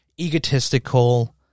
egotistical